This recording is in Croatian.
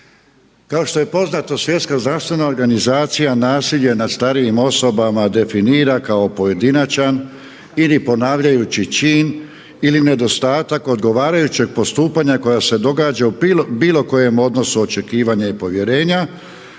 Kao što je poznato Svjetska zdravstvena organizacija nasilje nad starijim osobama definira kao pojedinačan ili ponavljajući čin ili nedostatak odgovarajućeg postupanja koje se događa u bilo kojem odnosu očekivanja i povjerenja